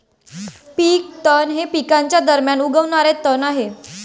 पीक तण हे पिकांच्या दरम्यान उगवणारे तण आहे